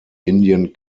indian